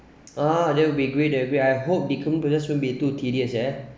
ah that'll be great I agree I hope the claim procedures won't be too tedious eh